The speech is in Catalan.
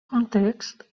context